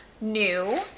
new